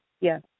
Yes